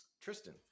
Tristan